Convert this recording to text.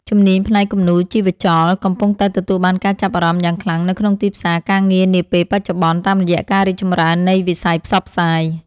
ជំនាញផ្នែកគំនូរជីវចលកំពុងតែទទួលបានការចាប់អារម្មណ៍យ៉ាងខ្លាំងនៅក្នុងទីផ្សារការងារនាពេលបច្ចុប្បន្ន តាមរយៈការរីកចម្រើននៃវិស័យផ្សព្វផ្សាយ។